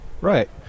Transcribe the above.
Right